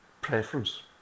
preference